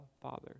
Father